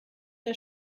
der